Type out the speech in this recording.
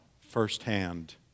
firsthand